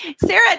Sarah